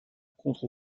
contre